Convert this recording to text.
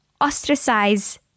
ostracize